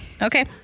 Okay